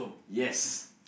yes